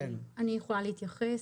אני יכולה להתייחס.